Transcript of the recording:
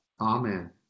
Amen